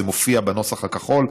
זה מופיע בנוסח הכחול.